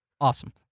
Awesome